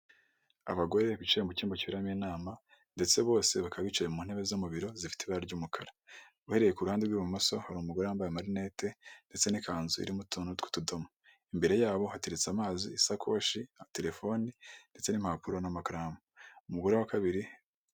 Abagore bicaye mu cyumba cyiberamo inama ndetse bose bakaba bicaye mu ntebe zo mu biro zifite ibara ry'umukara bahereye ku ruhande rw'ibumoso hari umugore wambaye marinete ndetse n'ikanzu irimo utuntu tw'utudomo imbere yabo hateretse amazi ,isakoshi na telefoni ndetse n'impapuro n'amakaramu, umugore wa kabiri.